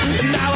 Now